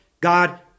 God